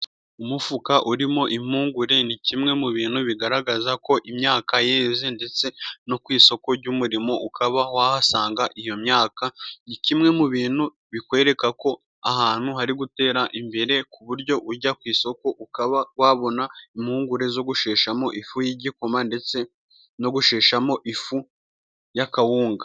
Umufuka urimo impungure， ni kimwe mu bintu bigaragaza ko imyaka yeze， ndetse no ku isoko ry'umurimo，ukaba wahasanga iyo myaka， ni kimwe mu bintu bikwereka ko ahantu hari gutera imbere， ku buryo ujya ku isoko ukaba wabona， impungure zo gusheshamo ifu y'igikoma， ndetse no gusheshamo ifu y'akawunga.